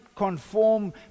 Conform